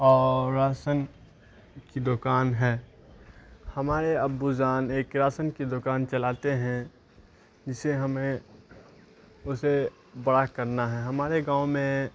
اور راشن کی دوکان ہے ہمارے ابوجان ایک راسن کی دوکان چلاتے ہیں جسے ہمیں اسے بڑا کرنا ہے ہمارے گاؤں میں